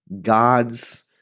God's